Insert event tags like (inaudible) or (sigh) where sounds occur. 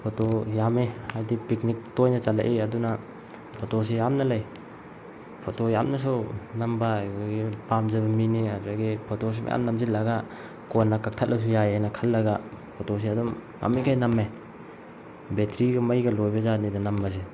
photo ꯌꯥꯝꯃꯦ ꯍꯥꯏꯗꯤ picnic ꯇꯣꯏꯅ ꯆꯠꯂꯛꯏ ꯑꯗꯨꯅ ꯐꯣꯇꯣꯁꯤ ꯌꯥꯝꯅ ꯂꯩ ꯐꯣꯇꯣ ꯌꯥꯝꯅꯁꯨ ꯅꯝꯕ (unintelligible) ꯄꯥꯝꯖꯕ ꯃꯤꯅꯦ ꯑꯗꯨꯗꯒꯤ ꯐꯣꯇꯣꯁꯨ ꯃꯌꯥꯝ ꯅꯝꯖꯤꯜꯂꯒ ꯀꯣꯟꯅ ꯀꯛꯊꯛꯂꯁꯨ ꯌꯥꯏꯑꯦꯅ ꯈꯜꯂꯒ ꯐꯣꯇꯣꯁꯤ ꯑꯗꯨꯝ ꯉꯝꯃꯤꯈꯩ ꯅꯝꯃꯦ ꯕꯦꯇ꯭ꯔꯤꯒ ꯃꯩꯒ ꯂꯣꯏꯕ ꯖꯥꯠꯅꯤꯗ ꯅꯝꯕꯁꯦ